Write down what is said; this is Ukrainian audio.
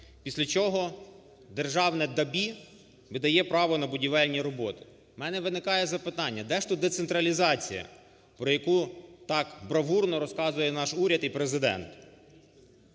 після чого державне ДАБІ видає право на будівельні роботи. У мене виникає запитання: де ж тут децентралізація, про яку так бравурно розказує наш уряд і Президент?